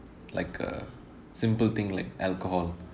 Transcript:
like a simple thing like alcohol